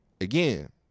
Again